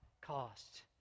cost